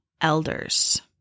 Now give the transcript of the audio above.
elders